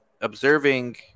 observing